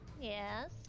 Yes